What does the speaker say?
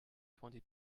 twenty